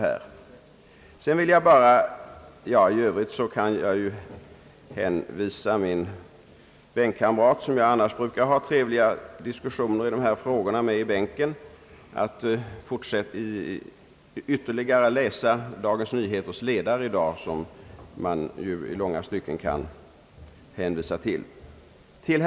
I övrigt kan jag bara rekommendera min bänkkamrat, som jag annars brukar ha trevliga diskussioner med i bänken om dessa frågor, att ytterligare läsa Dagens Nyheters ledare i dag, som man ju i långa stycken kan hänvisa till.